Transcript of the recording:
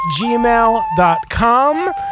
gmail.com